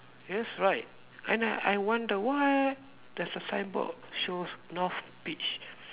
yes right and I I wonder why there's a signboard shows North beach